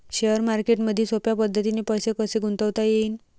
Share मार्केटमधी सोप्या पद्धतीने पैसे कसे गुंतवता येईन?